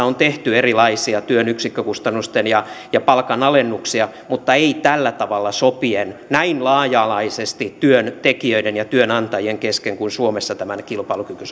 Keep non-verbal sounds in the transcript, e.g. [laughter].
[unintelligible] on tehty erilaisia työn yksikkökustannusten ja palkan alennuksia mutta ei tällä tavalla sopien näin laaja alaisesti työntekijöiden ja työnantajien kesken kuin suomessa tämän kilpailukykysopimuksen